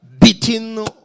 beating